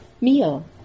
meal